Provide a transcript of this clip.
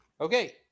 okay